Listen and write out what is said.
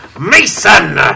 Mason